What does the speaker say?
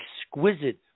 exquisite